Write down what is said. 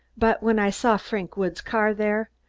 but when i saw frank woods' car there,